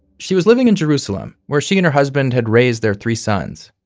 she was living in jerusalem, where she and her husband had raised their three sons.